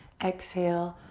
exhale,